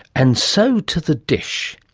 and so to the dish.